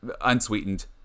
unsweetened